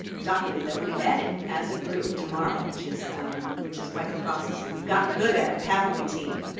document that we edit as a group tomorrow, which is um which is quite the process and we've gotten good at it, haven't we, team?